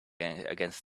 against